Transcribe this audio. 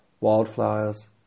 Wildflowers